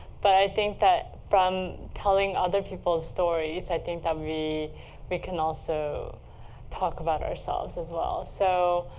but i think that from telling other people's stories, i think that we we can also talk about ourselves, as well. so